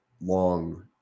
long